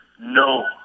No